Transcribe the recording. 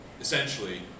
Essentially